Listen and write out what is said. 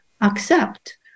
accept